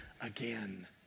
again